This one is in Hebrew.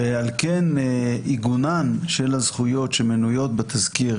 ועל כן עיגונן של הזכויות שמנויות בתזכיר